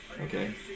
okay